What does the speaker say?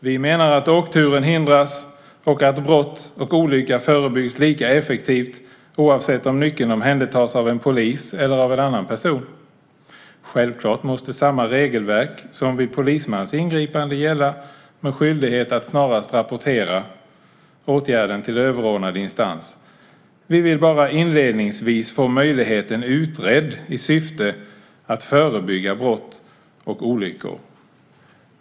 Vi menar att åkturen hindras och att brott och olycka förebyggs lika effektivt oavsett om nyckeln omhändertas av en polis eller av en annan person. Självklart måste samma regelverk som vid polismans ingripande gälla med skyldighet att snarast rapportera åtgärden till överordnad instans. Vi vill bara inledningsvis få möjligheten utredd i syfte att förebygga brott och olyckor.